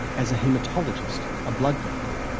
as a haematologist, a blood doctor,